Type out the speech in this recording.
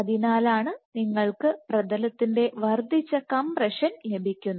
അതിനാലാണ് നിങ്ങൾക്ക് പ്രതലത്തിൻറെ വർദ്ധിച്ച കംപ്രഷൻ ലഭിക്കുന്നത്